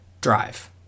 drive